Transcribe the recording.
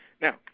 Now